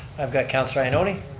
i've got councilor ioannoni.